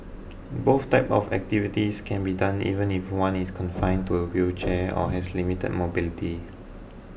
both types of activities can be done even if one is confined to a wheelchair or has limited mobility